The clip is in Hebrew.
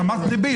את אמרת "דביל".